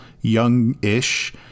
young-ish